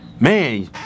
man